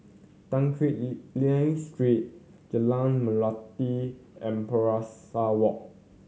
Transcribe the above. Tan Quee Lan Street Jalan Melati and Pesari Walk